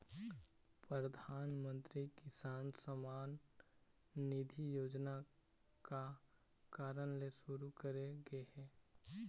परधानमंतरी किसान सम्मान निधि योजना का कारन ले सुरू करे गे हे?